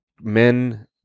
men